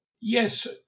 Yes